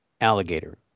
alligator